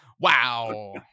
Wow